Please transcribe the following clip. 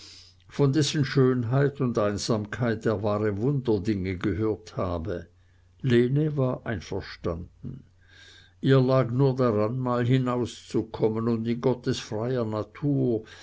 von dessen schönheit und einsamkeit er wahre wunderdinge gehört habe lene war einverstanden ihr lag nur daran mal hinauszukommen und in gottes freier natur